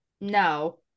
No